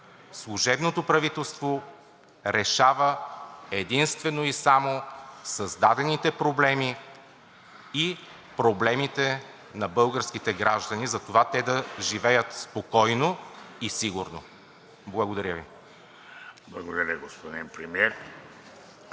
Служебното правителство решава единствено и само създадените проблеми и проблемите на българските граждани за това те да живеят спокойно и сигурно. Благодаря Ви. ПРЕДСЕДАТЕЛ ВЕЖДИ